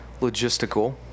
logistical